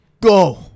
Go